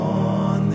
on